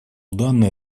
данное